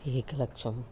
एकलक्षम्